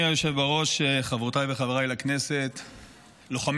עמית הלוי